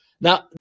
Now